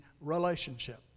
relationship